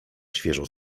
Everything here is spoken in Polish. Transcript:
świeżo